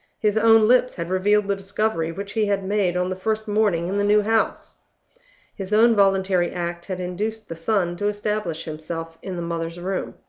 his own lips had revealed the discovery which he had made on the first morning in the new house his own voluntary act had induced the son to establish himself in the mother's room.